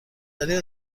دارید